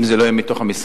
אם זה לא יהיה מתוך המשרד,